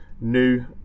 new